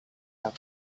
rak